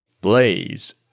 Blaze